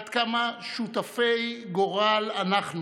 עד כמה שותפי גורל אנחנו,